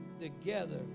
together